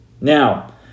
Now